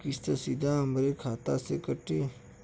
किस्त सीधा हमरे खाता से कटी?